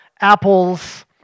apples